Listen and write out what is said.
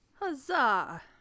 Huzzah